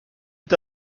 est